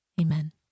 amen